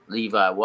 Levi